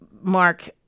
Mark